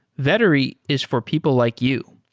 vettery is for people like you.